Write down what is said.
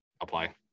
apply